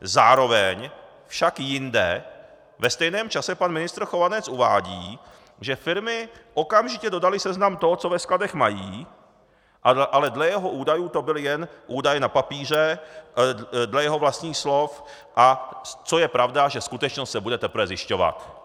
Zároveň však jinde ve stejném čase pan ministr Chovanec uvádí, že firmy okamžitě dodaly seznam toho, co ve skladech mají, ale dle jeho údajů to byl jen údaj na papíře, dle jeho vlastních slov, a co je pravda, že skutečnost se bude teprve zjišťovat.